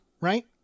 right